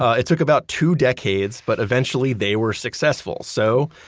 it took about two decades, but eventually, they were successful. so,